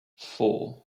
four